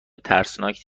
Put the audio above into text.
ترسناک